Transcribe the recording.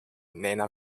nana